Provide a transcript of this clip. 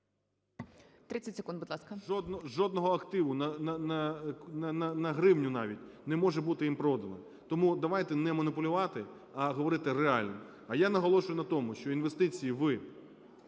Жодного активу на гривню навіть не може бути їм продано. Тому давайте не маніпулювати, а говорити реально. А я наголошую на тому, що інвестиції в